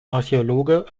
archäologe